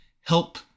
help